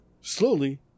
Slowly